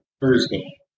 Thursday